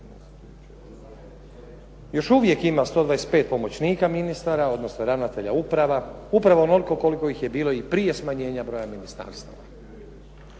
Još uvijek ima 125 pomoćnika ministara odnosno ravnatelja uprava, upravo onoliko koliko ih je bilo i prije smanjenja broja ministarstava.